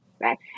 right